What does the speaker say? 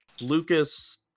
Lucas